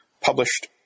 published